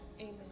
Amen